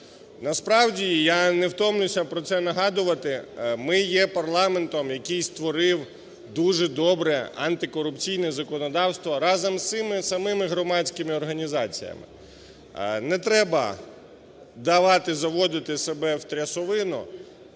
Насправді я не втомлюся про це нагадувати, ми є парламентом, який створив дуже добре антикорупційне законодавство разом із цими самими громадськими організаціями. Не треба давати заводити себе в трясовину,